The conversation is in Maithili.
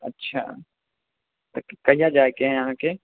अच्छा तऽ कहिआ जाइके हइ अहाँके